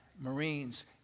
Marines